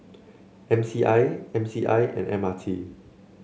M C I M C I and M R T